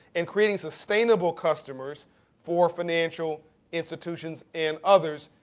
and creating sustainable customers for financial institutions and others.